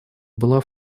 была